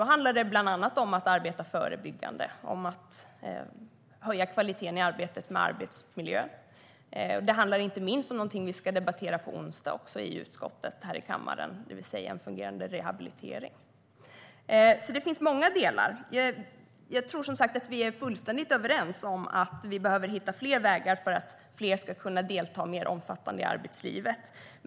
Då handlar det bland annat om att arbeta förebyggande, om att höja kvaliteten i arbetet med arbetsmiljön. Det handlar inte minst om någonting som vi ska debattera på onsdag i utskottet här i kammaren, det vill säga en fungerande rehabilitering. Det finns alltså många delar i detta, och jag tror som sagt att vi är fullständigt överens om att vi behöver hitta fler vägar för att fler ska kunna delta mer omfattande i arbetslivet.